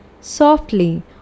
Softly